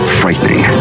frightening